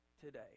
today